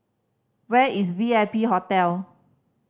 where is V I P Hotel